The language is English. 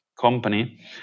company